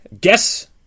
Guess